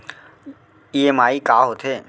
EMI का होथे?